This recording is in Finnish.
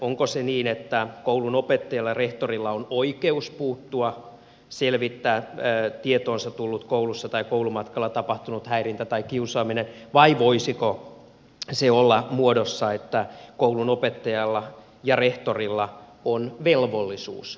onko se niin että koulun opettajalla ja rehtorilla on oikeus selvittää tietoonsa tullut koulussa tai koulumatkalla tapahtunut häirintä tai kiusaaminen vai voisiko se olla muodossa koulun opettajalla ja rehtorilla on velvollisuus selvittää